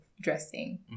dressing